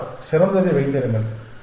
மாணவர் சிறந்ததை வைத்திருங்கள்